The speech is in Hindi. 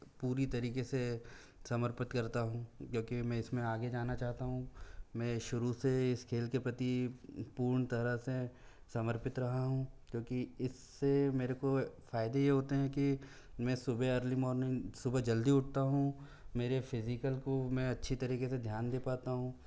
पूरी तरीके से समर्पित करता हूँ क्योंकि मैं इसमें आगे जाना चाहता हूँ मैं शुरू से इस खेल के प्रति पूर्ण तरह से समर्पित रहा हूँ क्योंकि इससे मेरे को फायदे ये होते हैं कि मैं सुबह अर्ली मॉर्निंग सुबह जल्दी उठता हूँ मेरे फिजिकल को मैं अच्छी तरीके से ध्यान दे पाता हूँ